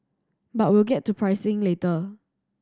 but we'll get to pricing later